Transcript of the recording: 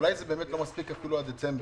אולי זה באמת לא מספיק אפילו עד דצמבר.